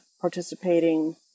participating